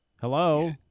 Hello